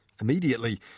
immediately